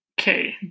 Okay